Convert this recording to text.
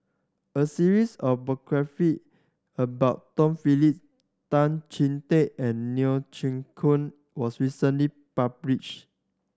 a series of biography about Tom Phillips Tan Chee Teck and Neo Chwee Kok was recently publish